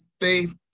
faith